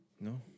No